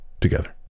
Together